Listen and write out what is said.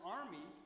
army